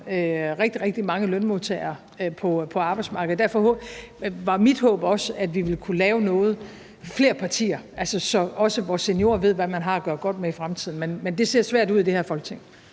rigtig, rigtig mange lønmodtagere på arbejdsmarkedet? Derfor var mit håb også, at vi ville kunne lave noget flere partier sammen, så vores seniorer ved, hvad de har at gøre godt med i fremtiden. Men det ser svært ud i det her Folketing.